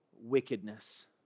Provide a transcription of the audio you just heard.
wickedness